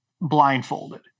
blindfolded